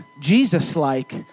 Jesus-like